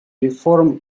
реформ